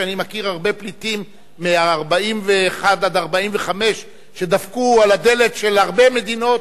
שאני מכיר הרבה פליטים שמ-1941 עד 1945 דפקו על הדלת של הרבה מדינות,